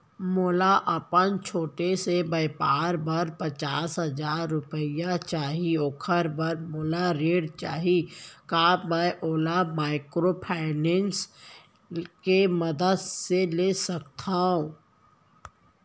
मोला अपन छोटे से व्यापार बर पचास हजार रुपिया चाही ओखर बर मोला ऋण चाही का मैं ओला माइक्रोफाइनेंस के मदद से ले सकत हो?